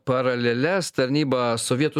paraleles tarnyba sovietų